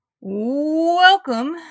Welcome